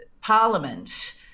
Parliament